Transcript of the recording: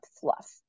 fluff